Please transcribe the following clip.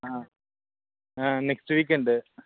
ஆ ஆ next week end